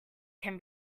can